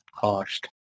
cost